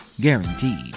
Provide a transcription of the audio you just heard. Guaranteed